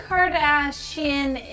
Kardashian